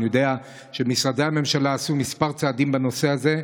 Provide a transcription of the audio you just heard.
אני יודע שמשרדי הממשלה עשו כמה צעדים בנושא הזה,